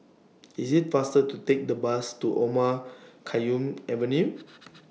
IT IS faster to Take The Bus to Omar Khayyam Avenue